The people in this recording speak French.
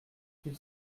qu’il